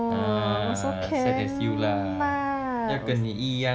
!wah! also can lah